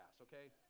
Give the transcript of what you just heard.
okay